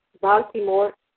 Baltimore